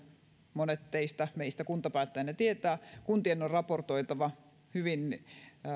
monet teistä meistä kuntapäättäjänä tietää että kuntien on raportoitava hyvin